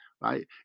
right